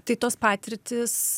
tai tos patirtys